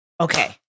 okay